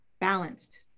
balanced